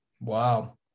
Wow